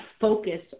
focus